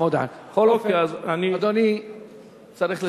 בכל אופן, אדוני צריך לסיים.